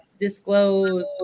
disclose